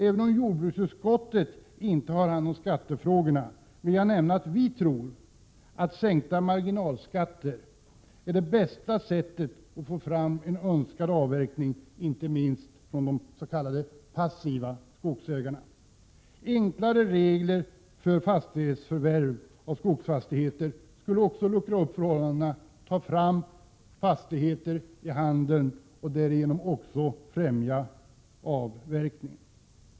Även om jordbruksutskottet inte har hand om skattefrågorna, vill jag säga att vi i folkpartiet tror att sänkta marginalskatter är det bästa sättet att få fram en önskad avverkning, inte minst när det gäller de s.k. passiva skogsägarna. Enklare regler för förvärv av skogsfastigheter skulle också luckra upp förhållandena, få fram fastigheter till handeln och därigenom också främja avverkning.